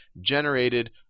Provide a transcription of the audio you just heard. generated